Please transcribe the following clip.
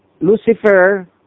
Lucifer